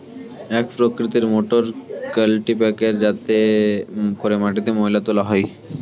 এক প্রকৃতির মোটর কাল্টিপ্যাকের যাতে করে মাটিতে ময়লা তোলা হয়